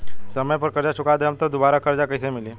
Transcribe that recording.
समय पर कर्जा चुका दहम त दुबाराकर्जा कइसे मिली?